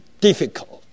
difficult